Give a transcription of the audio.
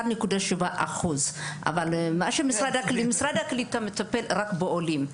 1.7%. משרד הקליטה מטפל רק בעולים,